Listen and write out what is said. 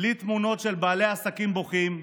בלי תמונות של בעלי עסקים בוכים,